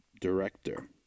director